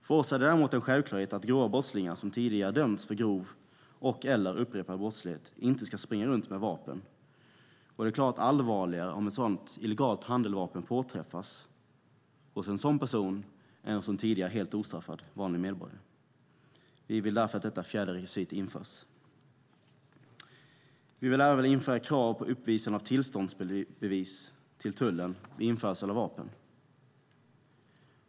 För oss är det däremot en självklarhet att grova brottslingar som tidigare dömts för grov och/eller upprepad brottslighet inte ska springa runt med vapen och att det är klart allvarligare om ett illegalt handeldvapen påträffas hos en sådan person än hos en tidigare helt ostraffad vanlig medborgare. Vi vill därför att detta fjärde rekvisit införs. Vi vill även införa ett krav på uppvisande av tillståndsbevis till tullen vid införsel av vapen.